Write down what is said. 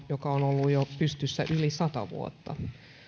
joka on ollut pystyssä jo yli sata vuotta